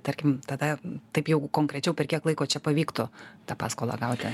tarkim tada taip jeigu konkrečiau per kiek laiko čia pavyktų tą paskolą gauti